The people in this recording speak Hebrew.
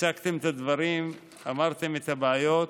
הצגתם את הדברים, אמרתם מה הבעיות,